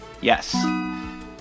Yes